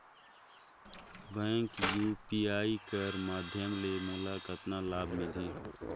Bank UPI कर माध्यम ले मोला कतना लाभ मिली?